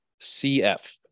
CF